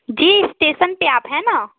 जी station पर आप हैं न